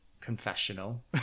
confessional